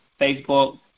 Facebook